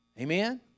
Amen